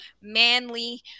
manly